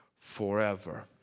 forever